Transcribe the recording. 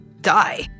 die